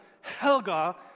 Helga